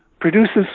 produces